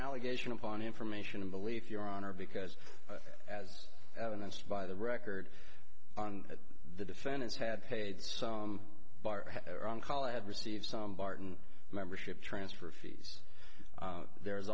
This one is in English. allegation upon information and belief your honor because as evidenced by the record on the defendants had paid some call i had received some barton membership transfer fees there's